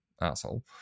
Asshole